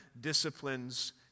disciplines